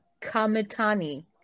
Kamitani